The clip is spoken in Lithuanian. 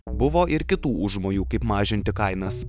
buvo ir kitų užmojų kaip mažinti kainas